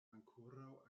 ankoraŭ